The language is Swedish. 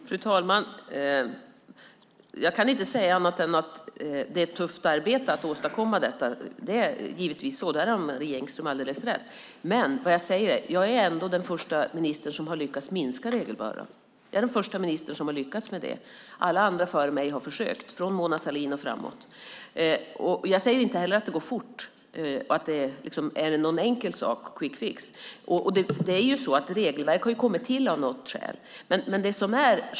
Herr talman! Jag kan inte säga annat än att det är ett tufft arbete att åstadkomma detta. Det är givetvis så. Där har Marie Engström alldeles rätt. Men jag är ändå den första ministern som har lyckats minska regelbördan. Jag är den första ministern som har lyckats med det. Alla andra före mig har försökt, från Mona Sahlin och framåt. Jag säger inte heller att det går fort och att det är någon enkel sak, någon quick fix. Regelverk har ju kommit till av något skäl.